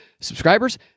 subscribers